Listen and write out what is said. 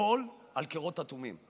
שתיפול על קירות אטומים,